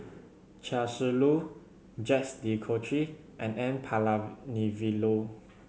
Chia Shi Lu Jacques De Coutre and N Palanivelu